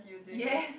yes